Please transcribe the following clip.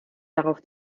darauf